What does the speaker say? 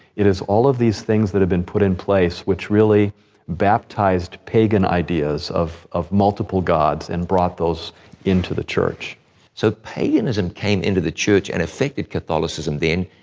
it is all of these things that have been put in place which really baptized pagan ideas of of multiple gods and brought those into the church. john so paganism came into the church and affected catholicism then,